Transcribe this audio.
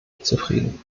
zufrieden